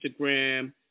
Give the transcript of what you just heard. Instagram